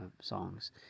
songs